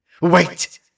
Wait